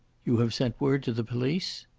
you have sent word to the police?